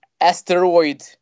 asteroid